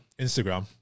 Instagram